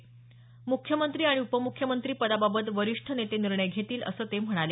म्ख्यमंत्री आणि उपमुख्यमंत्री पदाबाबत वरिष्ठ नेते निर्णय घेतील असं ते म्हणाले